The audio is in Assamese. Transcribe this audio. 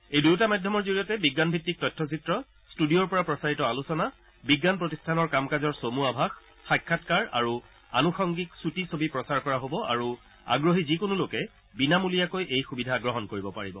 এই দুয়োটা মাধ্যমৰ জৰিয়তে বিজ্ঞানভিত্তিক তথ্যচিত্ৰ ষ্টুডিঅৰ পৰা প্ৰচাৰিত আলোচনা বিজ্ঞান প্ৰতিষ্ঠানৰ কাম কাজৰ চমু আভাস সাক্ষাৎকাৰ আৰু আনুসংগিক চুটি ছবি প্ৰচাৰ কৰা হ'ব আৰু আগ্ৰহী যিকোনো লোকে বিনামূলীয়াকৈ এই সুবিধা গ্ৰহণ কৰিব পাৰিব